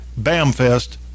Bamfest